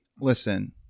listen